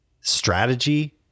strategy